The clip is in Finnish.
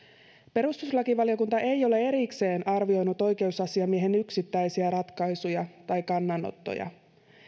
perustuslakivaliokunta ei ole erikseen arvioinut oikeusasiamiehen yksittäisiä ratkaisuja tai kannanottoja